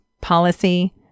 policy